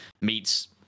meets